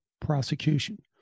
prosecution